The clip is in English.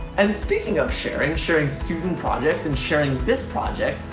and speaking of sharing, sharing student projects and sharing this project,